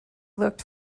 looked